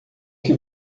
que